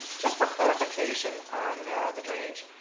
just for clarification on the drainage,